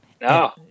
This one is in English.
No